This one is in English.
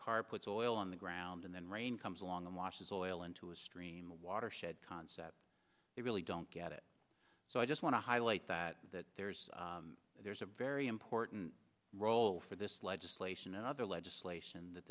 car puts oil on the ground and then rain comes along and washes all into a stream watershed concept they really don't get it so i just want to highlight that that there's there's a very important role for this legislation and other legislation that